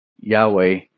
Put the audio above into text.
Yahweh